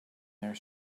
their